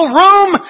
room